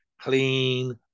Clean